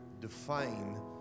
define